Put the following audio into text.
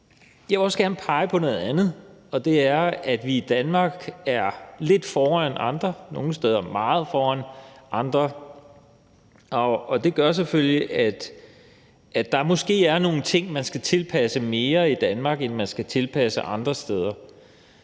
Jeg vil også gerne pege på noget andet, og det er, at vi i Danmark er lidt foran andre, nogle steder meget foran andre, og det gør selvfølgelig, at der måske er nogle ting, man skal tilpasse mere i Danmark, end man skal andre steder.